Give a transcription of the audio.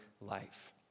life